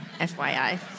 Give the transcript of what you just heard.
FYI